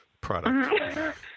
product